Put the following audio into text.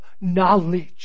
knowledge